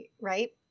right